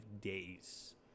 days